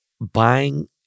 buying